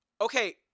Okay